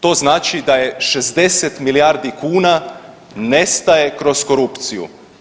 To znači da je 60 milijardi kuna nestaje kroz korupciju.